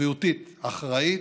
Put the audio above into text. בריאותית אחראית,